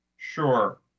Sure